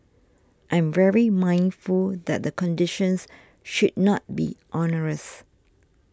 I am very mindful that the conditions should not be onerous